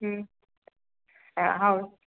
ಹ್ಞೂ ಹಾಂ ಹೌ